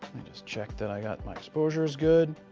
just check that i got my exposure is good.